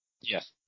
Yes